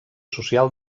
social